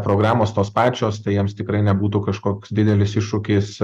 problemos tos pačios tai jiems tikrai nebūtų kažkoks didelis iššūkis